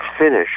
finish